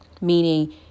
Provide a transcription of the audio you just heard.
meaning